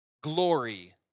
Glory